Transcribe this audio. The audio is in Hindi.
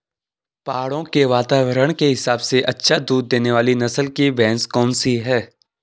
पहाड़ों के वातावरण के हिसाब से अच्छा दूध देने वाली नस्ल की भैंस कौन सी हैं?